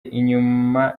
inyuma